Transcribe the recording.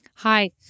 Hi